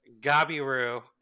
gabiru